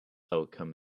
outcome